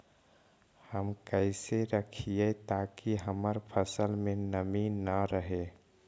हम कैसे रखिये ताकी हमर फ़सल में नमी न रहै?